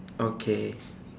okay